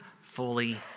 fully